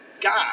God